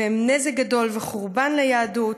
הם נזק גדול וחורבן ליהדות.